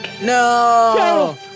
No